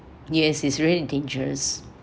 yes is really dangerous